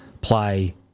Play